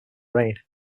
rain